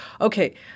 Okay